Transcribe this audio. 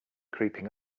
creeping